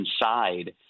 inside